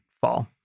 fall